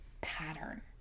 Pattern